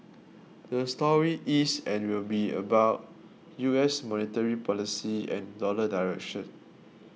the story is and will be about U S monetary policy and dollar direction